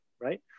right